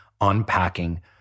unpacking